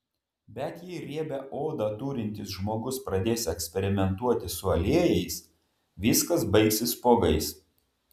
bet jei riebią odą turintis žmogus pradės eksperimentuoti su aliejais viskas baigsis spuogais